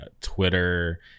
twitter